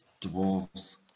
Dwarves